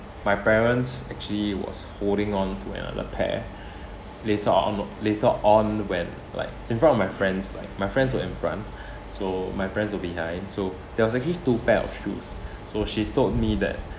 my parents actually was holding onto another pair later on later on when like in front of my friends like my friends were in front so my parents were behind so there was actually two pair of shoes so she told me that